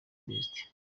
best